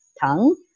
tongue